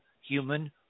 human